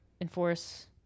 enforce